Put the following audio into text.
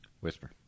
Whisper